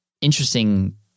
interesting